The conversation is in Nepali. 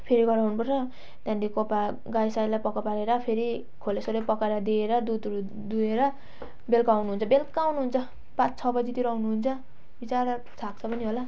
फेरि घर आउनु पर्छ त्यहाँदेखि कोपा गाई साईलाई पकाएर फेरि खोले फेरि पकाएर दिएर दुधहरू दिएर बेलुका आउनु हुन्छ बेलुका आउनु हुन्छ पाँच छ बजीतिर आउनु हुन्छ बिचरा थाक्छ पनि होला